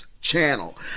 channel